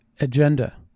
agenda